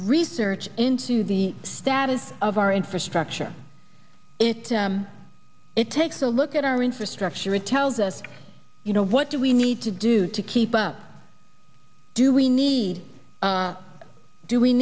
research into the status of our infrastructure it it takes a look at our infrastructure tells us you know what do we need to do to keep up do we need do we